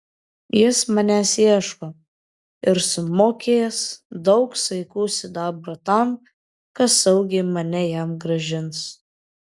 jis manęs ieško ir sumokės daug saikų sidabro tam kas saugiai mane jam grąžins